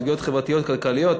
סוגיות חברתיות כלכליות,